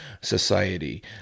society